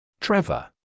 Trevor